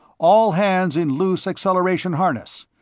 all hands in loose acceleration harness.